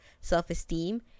self-esteem